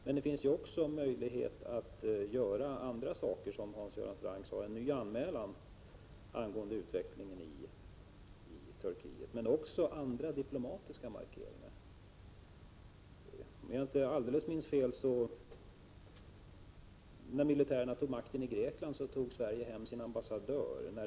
Men det finns också möjlighet att göra andra saker — t.ex., som Hans Göran Franck nämnde, att göra en ny anmälan angående utvecklingen i Turkiet. Man kan även göra andra diplomatiska markeringar. Om jag inte minns alldeles fel, kallade Sverige hem sin ambassadör när militären tog makten i Grekland.